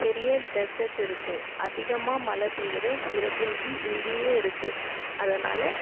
பெரிய டெசர்ட் இருக்குது அதிகமாக மழை பெய்கிற சிரபுஞ்சி இங்கேயே இருக்குது அதனால்